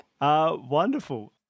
Wonderful